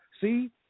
see